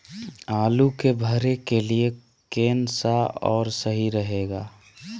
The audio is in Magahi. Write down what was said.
आलू के भरे के लिए केन सा और सही रहेगा?